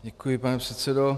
Děkuji, pane předsedo.